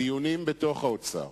הדיונים בתוך משרד האוצר,